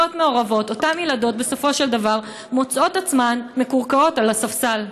אותן ילדות בסופו של דבר מוצאות את עצמן מקורקעות על הספסל.